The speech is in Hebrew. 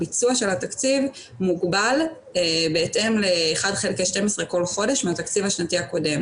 הביצוע של התקציב מוגבל בהתאם ל-1/12 כל חודש מהתקציב השנתי הקודם.